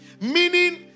Meaning